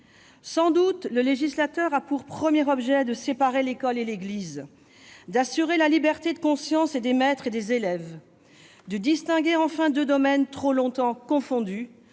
Sans doute [le législateur] a eu pour premier objet de séparer l'école de l'église, d'assurer la liberté de conscience et des maîtres et des élèves, de distinguer enfin deux domaines trop longtemps confondus,